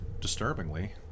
disturbingly